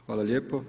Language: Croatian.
Hvala lijepo.